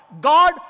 God